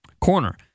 Corner